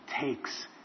Takes